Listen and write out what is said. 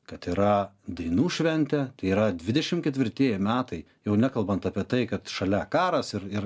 kad yra dainų šventė tai yra dvidešim ketvirtieji metai jau nekalbant apie tai kad šalia karas ir ir